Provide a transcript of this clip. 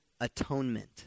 atonement